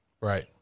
Right